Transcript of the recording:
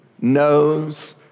knows